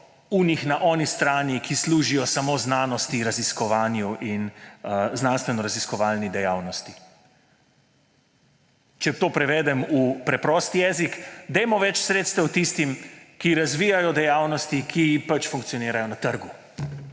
onih na oni strani, ki služijo samo znanosti, raziskovanju in znanstvenoraziskovalni dejavnosti.« Če to prevedem v preprost jezik: dajmo več sredstev tistim, ki razvijajo dejavnosti, ki funkcionirajo na trgu.